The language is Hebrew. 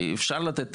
הרי אפשר לתת תקציב,